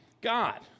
God